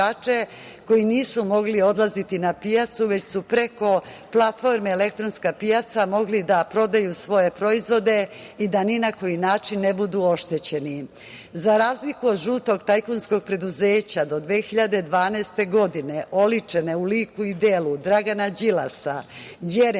koji nisu mogli odlaziti na pijacu, već su preko platforme „Elektronska pijaca“ mogli da prodaju svoje proizvode i da ni na koji način ne budu oštećeni.Za razliku od žutog tajkunskog preduzeća do 2012. godine, oličena je u liku i delu, Dragana Đilasa, Jeremića,